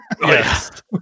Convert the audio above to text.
Yes